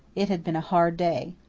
it had been a hard day.